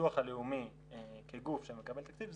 שהביטוח הלאומי כגוף שמקבל תקציב,